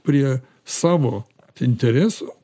prie savo interesų